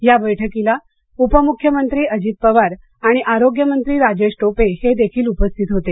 या बैठकीला उपमुख्यमंत्री अजित पवार आणि आरोग्य मंत्री राजेश टोपे हे देखील उपस्थित होते